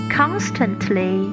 constantly